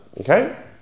Okay